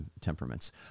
temperaments